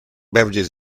beverages